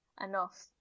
enough